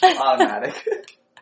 automatic